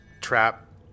trap